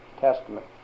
Testament